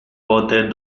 pote